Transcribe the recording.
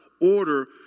order